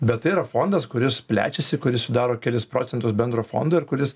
bet tai yra fondas kuris plečiasi kuris sudaro kelis procentus bendro fondo ir kuris